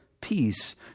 peace